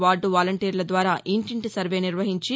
వార్గు వాలంటీర్ల ద్వారా ఇంటింటి సర్వే నిర్వహించి